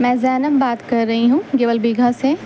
میں زینب بات کر رہی ہوں گیوال بیگھہ سے